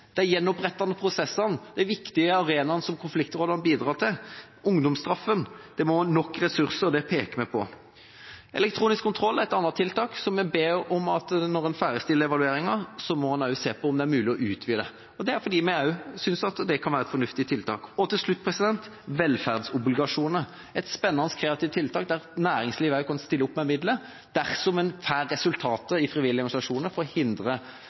de gjenopprettende prosessene, de viktige arenaene som Konfliktrådet bidrar til, ungdomsstraffen – det må nok ressurser til, og det peker vi på. Elektronisk kontroll er et annet tiltak som vi ber om at en når en ferdigstiller evalueringa, ser på om det er mulig å utvide. Det er fordi vi også synes at det kan være et fornuftig tiltak. Til slutt velferdsobligasjoner, som er et spennende, kreativt tiltak der næringslivet også kan stille opp med midler dersom en får resultater i frivillige organisasjoner